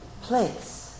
place